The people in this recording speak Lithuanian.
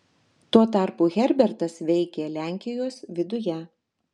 tuo tarpu herbertas veikė lenkijos viduje